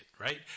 right